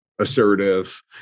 assertive